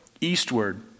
eastward